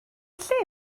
lle